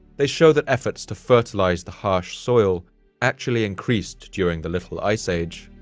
they show that efforts to fertilize the harsh soil actually increased during the little ice age,